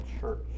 church